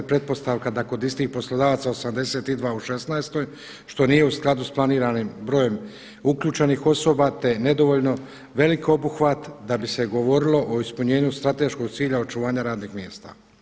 Pretpostavka da kod istih poslodavaca 82 u šesnaestoj što nije u skladu sa planiranim brojem uključenih osoba te nedovoljno velik obuhvat da bi se govorilo o ispunjenju strateškog cilja očuvanja radnih mjesta.